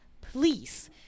please